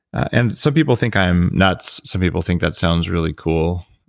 and some people think i am nuts. some people think that sounds really cool.